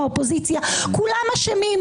האופוזיציה כולם אשמים,